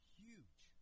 huge